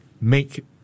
make